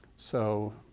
so,